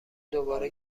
دوباره